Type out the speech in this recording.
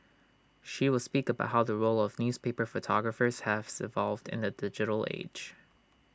she will speak about how the role of newspaper photographers has evolved in the digital age